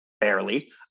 Barely